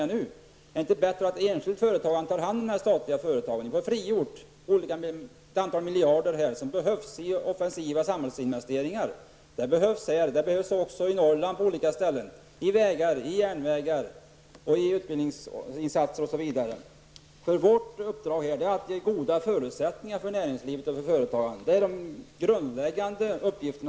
Är det inte bättre att enskilt företagande tar hand om de statliga företagen? Det är ett antal miljarder som behövs i offensiva samhällsinvesteringar. De behövs här och på olika ställen i Norrland för järnvägar, vägar och utbildningsinsatser osv. Vårt uppdrag är att ge goda förutsättningar för näringslivet och företagandet. Det är vår grundläggande uppgift.